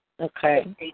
Okay